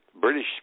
british